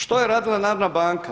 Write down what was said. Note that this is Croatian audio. Što je radila Narodna banka?